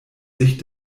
sicht